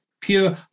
pure